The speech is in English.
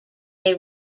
they